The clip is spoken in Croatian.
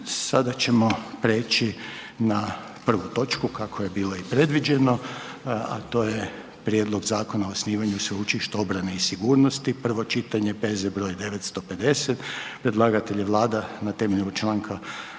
Sada ćemo preći na prvu točku kako je bilo i predviđeno, a to je: - Prijedlog Zakona o osnivanju sveučilišta obrane i sigurnosti, prvo čitanje, P.Z. br. 950. Predlagatelj je Vlada na temelju čl.,